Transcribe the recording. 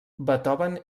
beethoven